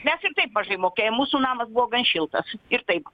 mes ir taip mažai mokėjom mūsų namas buvo gan šiltas ir taip